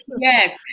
Yes